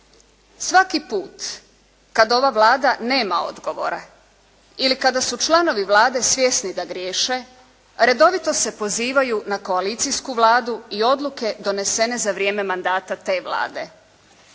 Svaki put kada ova Vlada nema odgovora ili kada su članovi Vlade svjesni da griješe, redovito se pozivaju na koalicijsku Vladu i odluke donesene za vrijeme mandata te Vlade.